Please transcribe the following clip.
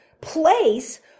place